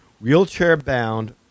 wheelchair-bound